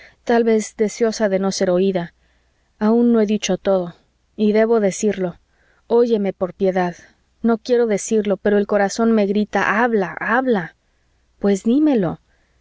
tal vez deseosa de no ser oída aun no he dicho todo y debo decirlo oyeme por piedad no quiero decirlo pero el corazón me grita habla habla pues dímelo